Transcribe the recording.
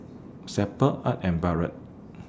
Sable Art and Barrett